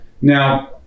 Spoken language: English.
Now